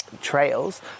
trails